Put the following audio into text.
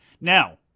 Now